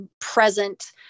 present